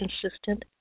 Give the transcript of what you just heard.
consistent